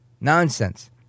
Nonsense